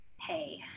hey